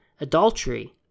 adultery